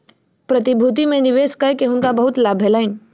प्रतिभूति में निवेश कय के हुनका बहुत लाभ भेलैन